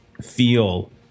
feel